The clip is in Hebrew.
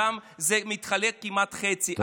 שם זה מתחלק כמעט חצי,